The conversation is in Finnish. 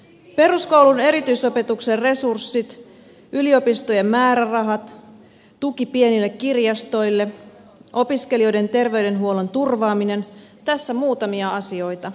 peruskoulun erityisopetuksen resurssit yliopistojen määrärahat tuki pienille kirjastoille opiskelijoiden terveydenhuollon turvaaminen tässä muutamia asioita